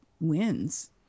wins